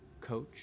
coach